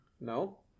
no